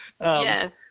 Yes